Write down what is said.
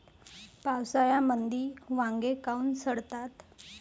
पावसाळ्यामंदी वांगे काऊन सडतात?